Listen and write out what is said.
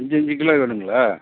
அஞ்சஞ்சு kilo வேணுங்களா